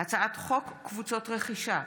הצעת חוק קבוצות רכישה,